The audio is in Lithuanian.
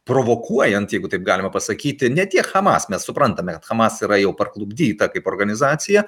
provokuojant jeigu taip galima pasakyti ne tiek hamas mes suprantame hamas yra jau parklupdyta kaip organizacija